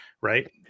right